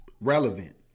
relevant